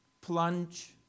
plunge